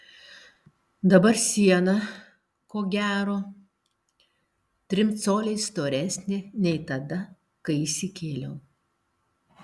dabar siena ko gero trim coliais storesnė nei tada kai įsikėliau